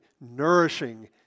nourishing